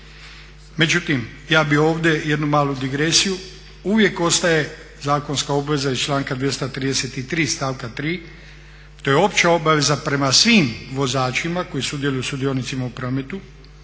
Međutim, ja bih ovdje jednu malu digresiju. Uvijek ostaje zakonska obveza iz članka 233. stavka 3., to je opća obaveza prema svim vozačima koji sudjeluju, sudionicima u prometu